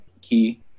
key